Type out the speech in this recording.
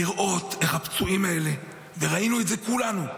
לראות איך הפצועים האלה, וראינו את זה, כולנו,